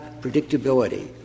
predictability